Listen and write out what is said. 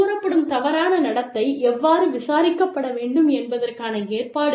கூறப்படும் தவறான நடத்தை எவ்வாறு விசாரிக்கப்பட வேண்டும் என்பதற்கான ஏற்பாடுகள்